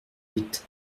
huit